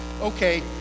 Okay